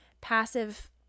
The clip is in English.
passive